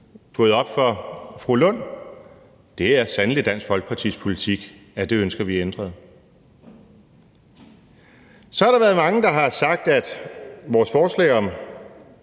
gået op for fru Rosa Lund, sandelig Dansk Folkepartis politik, at det ønsker vi ændret. Så har der været mange, der har sagt, at vores forslag om